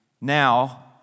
Now